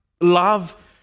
love